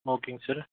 ஓகேங்க சார்